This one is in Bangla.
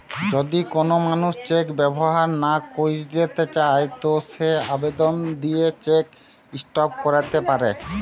যদি কোন মানুষ চেক ব্যবহার না কইরতে চায় তো সে আবেদন দিয়ে চেক স্টপ ক্যরতে পারে